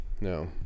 no